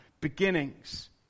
beginnings